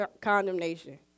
condemnation